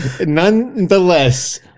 Nonetheless